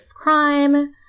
crime